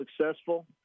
successful